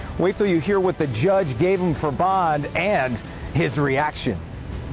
wait until you hear what the judge gave him for bond and his reaction.